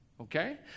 Okay